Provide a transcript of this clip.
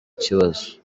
ikibazo